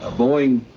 boeing,